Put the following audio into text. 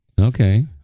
Okay